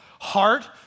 Heart